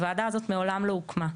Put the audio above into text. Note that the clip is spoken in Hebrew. הוועדה הזאת מעולם לא הוקמה.